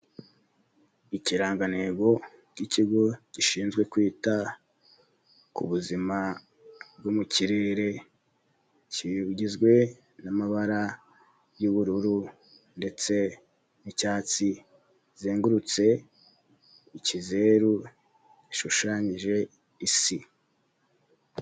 Ikirangantego cy'ikigo gishinzwe kwita ku buzima bwo mu kirere, kigizwe n'amabara y'ubururu ndetse n'icyatsi; kizengurutse ikizeru zishushanyije isi.